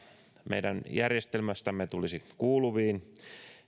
meidän järjestelmästämme tulisi kuuluviin